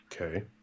Okay